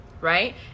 right